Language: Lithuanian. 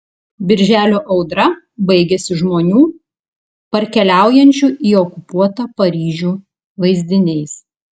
birželio audra baigiasi žmonių parkeliaujančių į okupuotą paryžių vaizdiniais